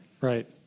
Right